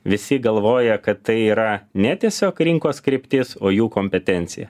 visi galvoja kad tai yra ne tiesiog rinkos kryptis o jų kompetencija